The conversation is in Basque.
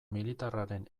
militarraren